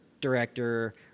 director